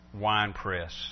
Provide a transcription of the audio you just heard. winepress